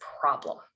problem